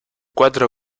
cuatro